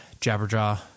Jabberjaw